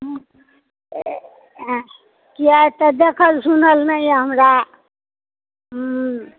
हुँ एहिमे किआ कते देखल सुनल नह यऽ हमरा